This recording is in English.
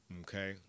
okay